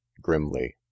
grimly